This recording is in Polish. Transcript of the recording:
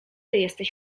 jesteś